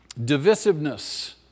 Divisiveness